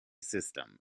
system